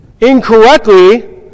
incorrectly